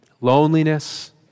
Loneliness